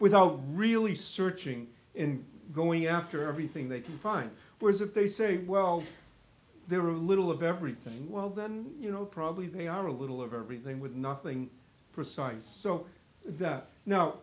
without really searching in going after everything they can find whereas if they say well they're a little of everything well then you know probably they are a little of everything with nothing precise so that now